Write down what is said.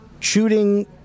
Shooting